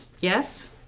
Yes